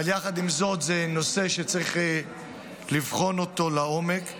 אבל עם זאת, זה נושא שצריך לבחון לעומק.